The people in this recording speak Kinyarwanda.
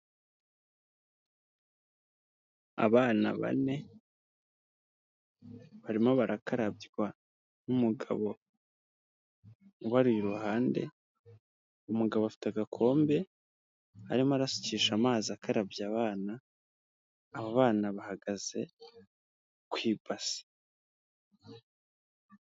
Abana bane barimo barakarabywa n'umugabo ubari iruhande, umugabo afite agakombe arimo arasukisha amazi akarabya abana abo bana bahagaze ku ibasi.